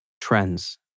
trends